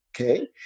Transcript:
okay